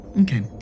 Okay